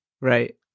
Right